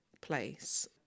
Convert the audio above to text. place